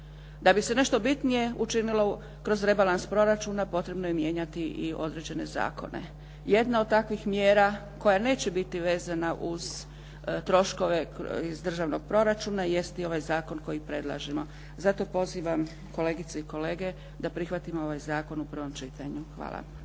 Da bi se nešto bitnije učinilo kroz rebalans proračuna potrebno je mijenjati i određene zakone. Jedna od takvih mjera koja neće biti vezana uz troškove iz državnog proračuna jest i ovaj zakon koji predlažemo. Zato pozivam kolegice i kolege da prihvatimo ovaj zakon u prvom čitanju. Hvala.